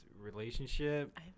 relationship